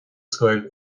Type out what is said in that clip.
scoil